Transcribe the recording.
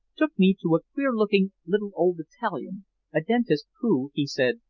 took me to a queer-looking little old italian a dentist who, he said,